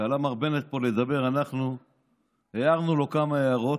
כשעלה מר בנט פה לדבר אנחנו הערנו לו כמה הערות,